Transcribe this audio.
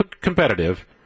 competitive